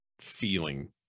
feeling